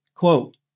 Quote